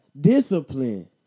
discipline